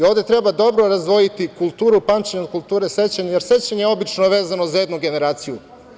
Ovde treba dobro razdvojiti kulturu pamćenja od kulture sećanja, jer sećanje je obično vezano za jednu generaciju.